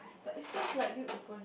but is still likely open